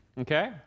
Okay